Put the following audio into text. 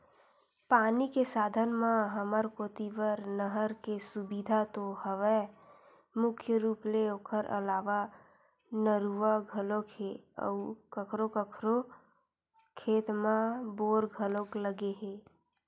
पानी के साधन म हमर कोती बर नहर के सुबिधा तो हवय मुख्य रुप ले ओखर अलावा नरूवा घलोक हे अउ कखरो कखरो खेत म बोर घलोक लगे हे